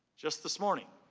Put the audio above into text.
just this morning,